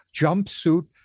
jumpsuit